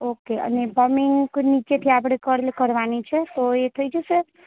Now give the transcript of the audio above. okay અને પમિંગ નીચેથી આપણે કર્લ કરવાની છે તો એ થઈ જશે